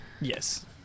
Yes